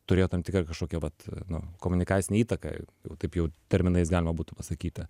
turėjo tam tikrą kažkokią vat nu komunikacinę įtaką taip jau terminais galima būtų pasakyti